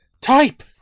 Type